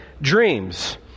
dreams